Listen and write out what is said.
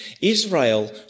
Israel